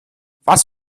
was